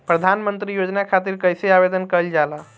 प्रधानमंत्री योजना खातिर कइसे आवेदन कइल जाला?